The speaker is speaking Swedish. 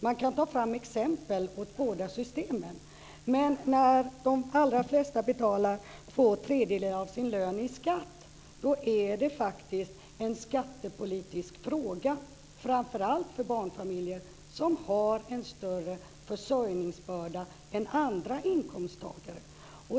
Man kan ta fram exempel från båda systemen, men när de allra flesta betalar två tredjedelar av sin lön i skatt då blir det faktiskt en skattepolitisk fråga, framför allt för barnfamiljer som har en större försörjningsbörda än andra inkomsttagare.